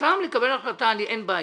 סתם לקבל החלטה, אין בעיה,